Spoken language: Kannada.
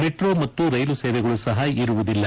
ಮೆಟ್ರೋ ಮತ್ತು ರೈಲು ಸೇವೆಗಳು ಸಹ ಇರುವುದಿಲ್ಲ